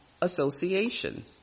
association